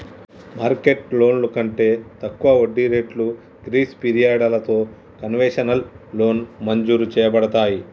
market లోన్లు కంటే తక్కువ వడ్డీ రేట్లు గ్రీస్ పిరియడలతో కన్వెషనల్ లోన్ మంజురు చేయబడతాయి